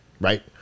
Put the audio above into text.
right